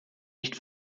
nicht